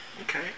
Okay